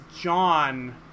John